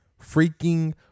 Freaking